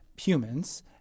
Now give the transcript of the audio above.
humans